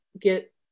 get